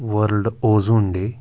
world ozone day